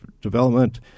development